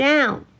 Down